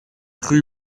rue